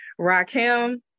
Rakim